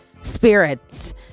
spirits